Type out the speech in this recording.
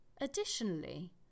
Additionally